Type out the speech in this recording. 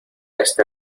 este